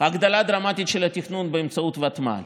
הגדלה דרמטית של תכנון באמצעות ותמ"ל